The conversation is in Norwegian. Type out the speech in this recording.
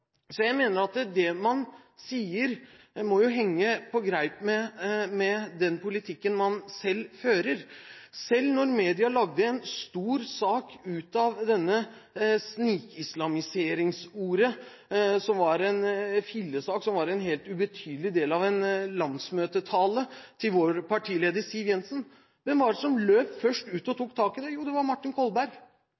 Jeg mener at det man sier, må henge på greip med den politikken man selv fører. Da media laget en stor sak av ordet «snikislamisering» – en fillesak, en helt ubetydelig del av en landsmøtetale av vår partileder, Siv Jensen – hvem løp først ut og